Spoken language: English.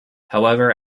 however